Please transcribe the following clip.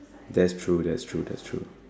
that's true that's true that's true